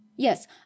Yes